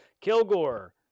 Kilgore